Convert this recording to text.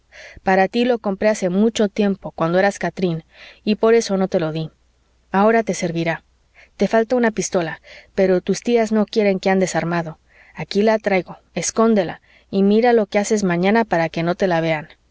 para tí lo compré hace mucho tiempo cuando eras catrín y por eso no te lo dí ahora te servirá te falta una pistola pero tus tías no quieren que andes armado aquí la traigo escóndela y mira lo que haces mañana para que no te la vean